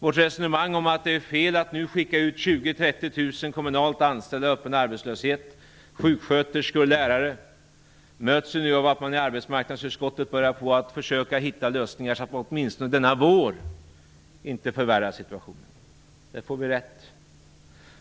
Vårt resonemang om att det är fel att nu skicka ut 20 000--30 000 kommunalt anställda, sjuksköterskor och lärare, i öppen arbetslöshet möts nu av att man i arbetsmarknadsutskottet börjar försöka hitta lösningar som innebär att situationen åtminstone denna vår inte förvärras. Där får vi rätt.